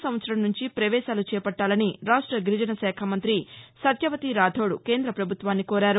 సంవత్సరం నుంచి పవేశాలు చేపట్లాలని రాష్ట గిరిజన శాఖ మంతి సత్యవతి రాథోడ్ కేంద్ర ప్రపభుత్వాన్ని కోరారు